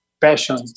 passion